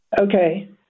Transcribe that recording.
Okay